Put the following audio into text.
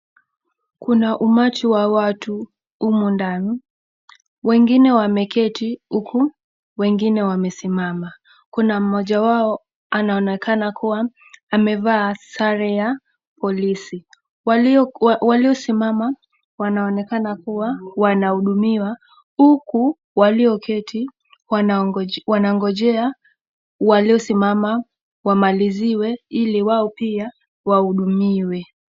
Kuna umati wa watu humu ndani, wengine wameketi, huku wengine wamesimama, kuna mmoja wao anaonekana kuwa amevaa Sare ya polisi, walio simama wanaonekana kuwa wanahudumiwa huku walioketi wanangojea waliosimama wamaliziwe ili wao pia, wahudumiwe.